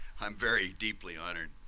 i'm very deeply honored,